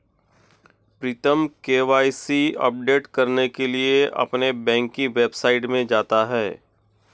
प्रीतम KYC update करने के लिए अपने बैंक की वेबसाइट में जाता है